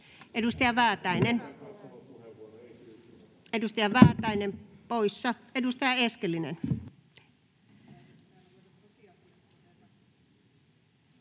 tärkein työmme. Edustaja Väätäinen — poissa. Edustaja Eskelinen.